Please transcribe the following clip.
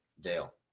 Dale